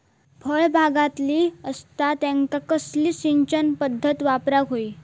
फळबागायती असता त्यांका कसली सिंचन पदधत वापराक होई?